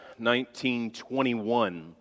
1921